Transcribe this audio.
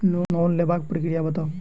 Loan लेबाक प्रक्रिया बताऊ?